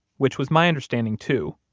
which was my understanding too.